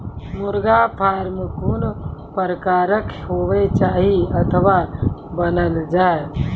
मुर्गा फार्म कून प्रकारक हेवाक चाही अथवा बनेल जाये?